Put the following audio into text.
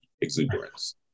exuberance